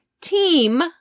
team